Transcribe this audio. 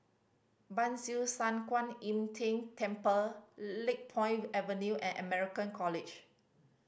Ban Siew San Kuan Im Tng Temple Lakepoint Avenue and American College